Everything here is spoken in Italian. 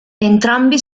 entrambi